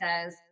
says